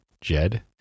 jed